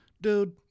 dude